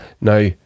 Now